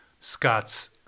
Scott's